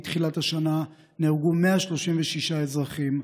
מתחילת השנה נהרגו 136 אזרחים.